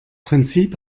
prinzip